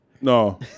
No